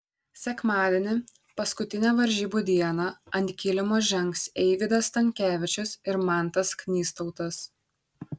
sekmadienį paskutinę varžybų dieną ant kilimo žengs eivydas stankevičius ir mantas knystautas